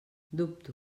dubto